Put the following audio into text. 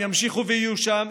הם ימשיכו ויהיו שם.